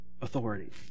authority